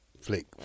flick